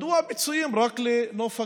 מדוע הפיצויים רק לנוף הגליל?